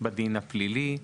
בדין הפלילי.